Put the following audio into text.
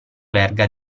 verga